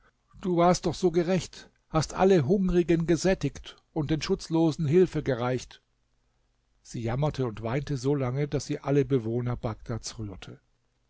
du warst doch so gerecht hast alle hungrigen gesättigt und den schutzlosen hilfe gereicht sie jammerte und weinte solange daß sie alle bewohner bagdads rührte